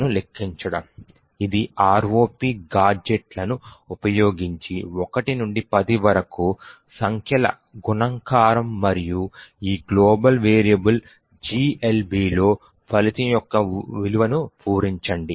ను లెక్కించడం ఇది ROP గాడ్జెట్లను ఉపయోగించి 1 నుండి 10 వరకు సంఖ్యల గుణకారం మరియు ఈ గ్లోబల్ వేరియబుల్ GLBలో ఫలితం యొక్క విలువను పూరించండి